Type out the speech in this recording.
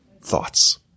thoughts